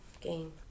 game